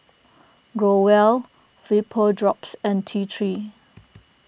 Growell Vapodrops and T three